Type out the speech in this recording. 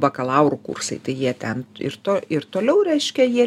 bakalaurų kursai tai jie ten ir to ir toliau reiškia jie